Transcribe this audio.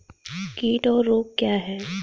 कीट और रोग क्या हैं?